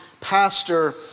pastor